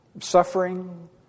suffering